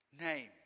name